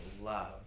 love